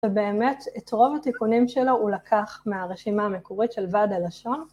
ובאמת את רוב התיקונים שלו הוא לקח מהרשימה המקורית של ועד הלשון.